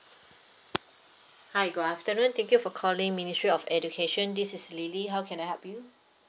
hi good afternoon thank you for calling ministry of education this is lily how can I help you